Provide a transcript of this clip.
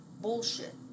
bullshit